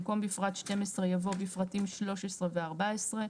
במקום "בפרט (12)" יבוא "בפרטים (13) ו-(14)".